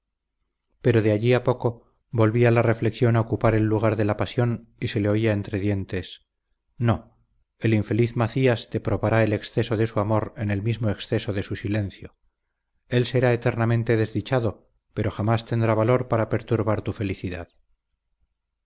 pero de allí a poco volvía la reflexión a ocupar el lugar de la pasión y se le oía entre dientes no el infeliz macías te probará el exceso de su amor en el mismo exceso de su silencio él será eternamente desdichado pero jamás tendrá valor para perturbar tu felicidad